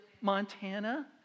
Montana